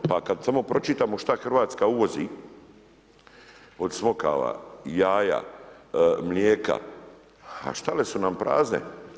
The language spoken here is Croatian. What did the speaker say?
Pa kada samo pročitamo šta hrvatska uvozi od smokava, jaja, mlijeka, a štale su na prazne.